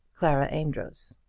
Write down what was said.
clara amedroz.